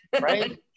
right